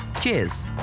Cheers